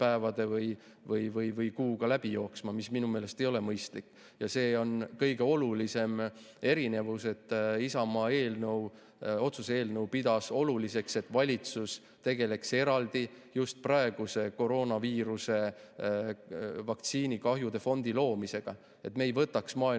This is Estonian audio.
või kuuga läbi jooksma? Minu meelest see ei ole mõistlik. Ja see on kõige olulisem erinevus, et Isamaa otsuse eelnõu pidas oluliseks, et valitsus tegeleks eraldi just praeguse koroonaviiruse vaktsiinikahjude fondi loomisega ning me ei võtaks maailma